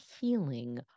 healing